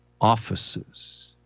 offices